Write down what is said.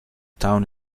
town